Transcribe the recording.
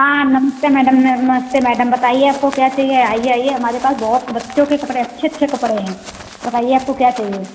हाँ नमस्ते मैडम नमस्ते मैडम बताइए आपको क्या चाहिए आइए आइए हमारे पास बहुत बच्चों के कपड़े अच्छे अच्छे कपड़े हैं बताइए आपको क्या चाहिये